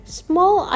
small